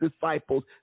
disciples